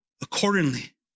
accordingly